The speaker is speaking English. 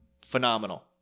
phenomenal